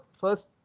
first